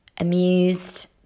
amused